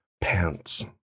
pants